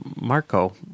Marco